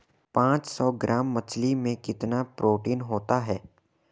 पांच सौ ग्राम मछली में कितना प्रोटीन होता है?